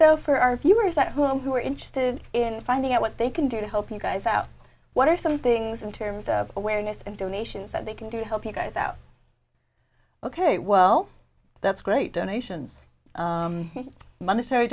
though for our viewers that who are interested in finding out what they can do to help you guys out what are some things in terms of awareness and donations that they can do to help you guys out ok well that's great donations monetary